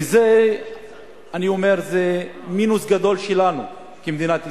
וזה מינוס גדול שלנו כמדינת ישראל.